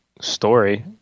story